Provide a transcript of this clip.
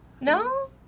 No